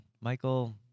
Michael